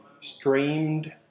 streamed